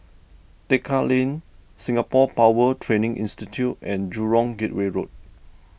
Tekka Lane Singapore Power Training Institute and Jurong Gateway Road